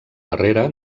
darrere